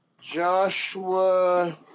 Joshua